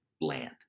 land